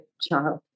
Child